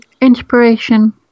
inspiration